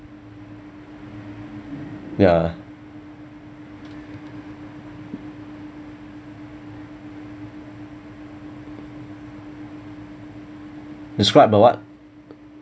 ya describe about what